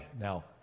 Now